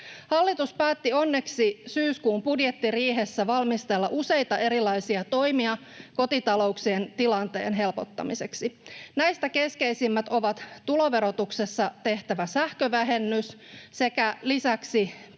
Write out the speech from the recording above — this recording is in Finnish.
Hallitus päätti onneksi syyskuun budjettiriihessä valmistella useita erilaisia toimia kotitalouksien tilanteen helpottamiseksi. Näistä keskeisimmät ovat tuloverotuksessa tehtävä sähkövähennys sekä lisäksi